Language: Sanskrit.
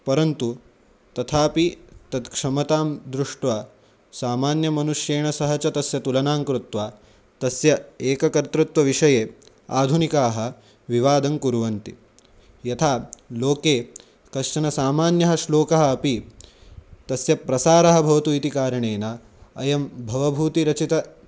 परन्तु तथापि तत् क्षमतां दृष्ट्वा सामान्यमनुष्येण सह च तस्य तुलनां कृत्वा तस्य एक कर्तृत्वविषये आधुनिकाः विवादं कुर्वन्ति यथा लोके कश्चन सामान्यः श्लोकः अपि तस्य प्रसारः भवतु इति कारणेन अयं भवभूतिरचितस्य